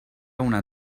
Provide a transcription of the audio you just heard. una